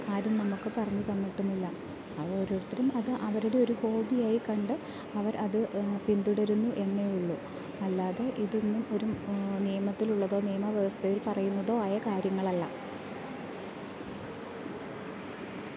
ആരും നമുക്ക് പറഞ്ഞ് തന്നിട്ടുമില്ല അത് ഓരോരുത്തരും അത് അവരുടെ ഒരു ഹോബി ആയിക്കണ്ട് അവർ അത് പിൻതുടരുന്നു എന്നേ ഉള്ളു അല്ലാതെ ഇതൊന്നും ഒരു നിയമത്തിലുള്ളതോ നിയമ വ്യവസ്ഥയിൽ പറയുന്നതോ ആയ കാര്യങ്ങൾ അല്ല